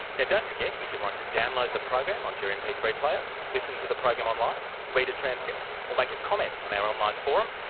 now don't forget, if you'd like to download the program on to your m p three player, listen to the program online, read a transcript, or make a comment on our online forum,